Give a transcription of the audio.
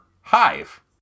hive